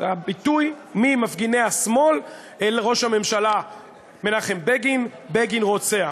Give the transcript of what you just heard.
הביטוי ממפגיני השמאל לראש הממשלה מנחם בגין: בגין רוצח.